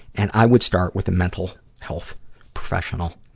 and i would start with a mental health professional.